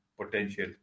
potential